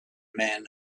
men